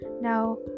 Now